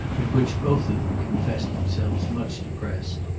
at which both of them confessed themselves much depressed.